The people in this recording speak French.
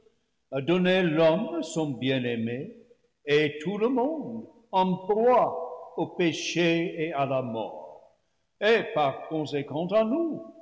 a donné l'homme son bien-aimé et tout le monde en proie au péché et à la mort et par conséquent à nous